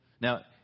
Now